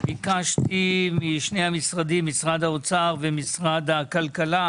ביקשתי משני המשרדים משרד האוצר ומשרד הכלכלה